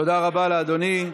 תודה רבה לאדוני.